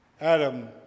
Adam